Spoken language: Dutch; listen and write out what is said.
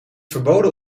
verboden